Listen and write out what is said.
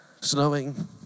snowing